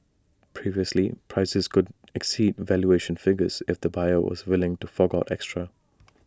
previously prices could exceed valuation figures if the buyer was willing to fork out extra